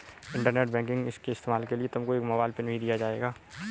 internet banking के इस्तेमाल के लिए तुमको एक मोबाइल पिन भी दिया जाएगा